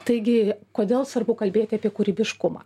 taigi kodėl svarbu kalbėti apie kūrybiškumą